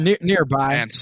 Nearby